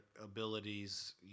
abilities